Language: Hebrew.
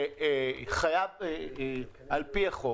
חייב על פי החוק